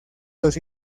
los